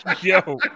yo